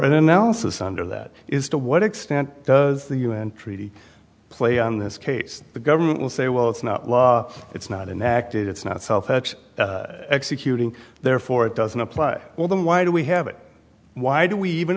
an analysis under that is to what extent does the u n treaty play on this case the government will say well it's not law it's not enacted it's not self executing therefore it doesn't apply well then why do we have it why do we even